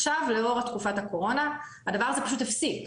עכשיו לאור תקופת הקורונה הדבר הזה פשוט הפסיק.